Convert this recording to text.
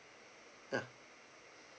ya